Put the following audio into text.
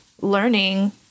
learning